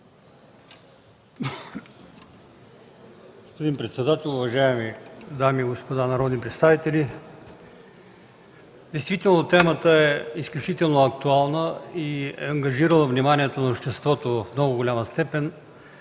(ДПС): Господин председател, уважаеми дами и господа народни представители, действително темата е изключително актуална и е ангажирала вниманието на обществото в много голяма степен.